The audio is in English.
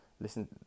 Listen